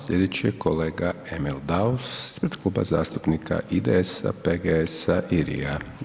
Sljedeći je kolega Emil Daus ispred Kluba zastupnika IDS-PGS-RI-a.